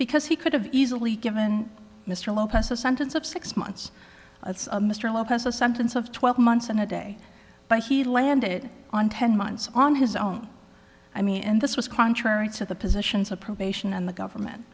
because he could have easily given mr lopez a sentence of six months mr lopez a sentence of twelve months and a day but he landed on ten months on his own i mean this was contrary to the positions of probation and the government